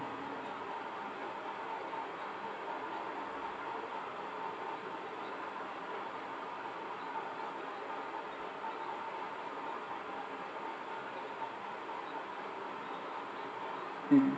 mm